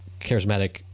charismatic